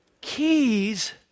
keys